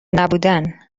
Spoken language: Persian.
نبودن